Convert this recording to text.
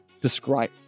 describe